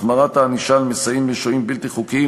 החמרת הענישה למסיעים ושוהים בלתי חוקיים),